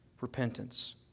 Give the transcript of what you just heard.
repentance